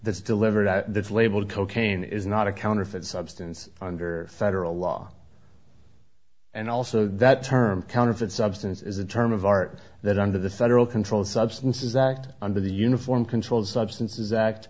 that's delivered that it's labeled cocaine is not a counterfeit substance under federal law and also that term counterfeit substance is a term of art that under the federal controlled substances act under the uniform controlled substances act